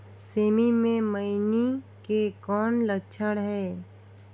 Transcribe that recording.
सेमी मे मईनी के कौन लक्षण हे?